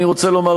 אני רוצה לומר,